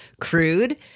crude